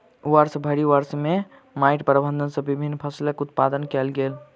वर्षभरि वर्ष में माइट प्रबंधन सॅ विभिन्न फसिलक उत्पादन कयल गेल